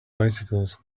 bicycles